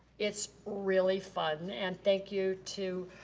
it's really fun. and thank you to